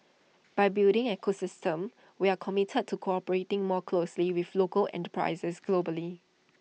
by building ecosystem we are committed to cooperating more closely with local enterprises globally